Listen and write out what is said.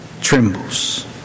trembles